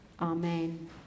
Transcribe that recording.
Amen